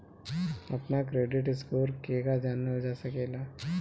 अपना credit score केगा जानल जा सकेला?